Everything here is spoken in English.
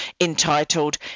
entitled